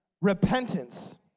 repentance